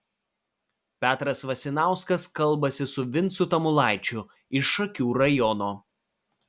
petras vasinauskas kalbasi su vincu tamulaičiu iš šakių rajono